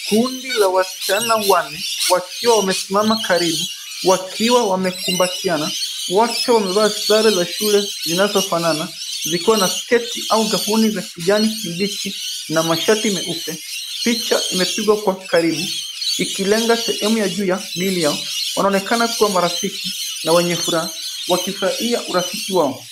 Kundi la wasichana wanne, wakiwa wamesimama karibu, wakiwa wamekubatiana. Wote wamevaa sare za shule zinazofanana zikiwa na sketi au gauni za kijani kibichi na mashati meupe. Picha imepigwa kwa karibu ikilenga sehemu ya juu ya miili yao. Wanaonekana kuwa marafiki na wenye furaha, wakifurahia urafiki wao.